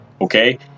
okay